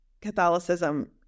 Catholicism